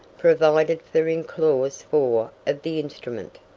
provided for in clause four of the instrument.